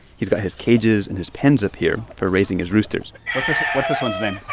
he's got his cages and his pens up here for raising his roosters what's this one's name?